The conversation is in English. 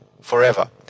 Forever